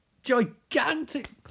gigantic